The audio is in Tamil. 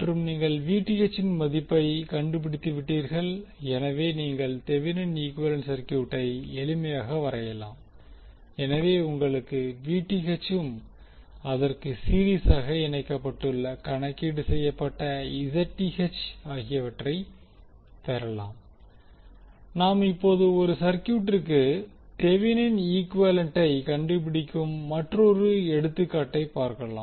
மற்றும் நீங்கள் Vth இன் மதிப்பை கண்டுபிடித்துவிடீர்கள் எனவே நீங்கள் தெவினின் ஈகுவேலன்ட் சர்கியூட்டை எளிமையாக வரையலாம் எனவே உங்களுக்கு Vth ம் அதற்க்கு சீரிஸாக இணைக்கப்பட்டுள்ள கணக்கீடு செய்யப்பட்ட Zth ஆகியவற்றை பெறலாம் நாம் இப்போது ஒரு சர்கியூட்டிற்கு தெவினின் ஈகுவேலண்டை கண்டுபிடிக்கும் மற்றொரு எடுத்துக்காட்டை பார்க்கலாம்